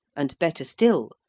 and, better still,